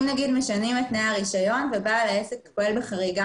אם נגיד משנים את תנאי הרישיון ובעל העסק פועל בחריגה